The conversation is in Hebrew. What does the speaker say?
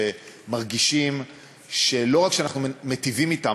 שמרגישים שאנחנו לא רק מיטיבים אתם,